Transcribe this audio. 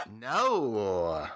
No